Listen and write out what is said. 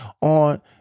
on